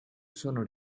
sono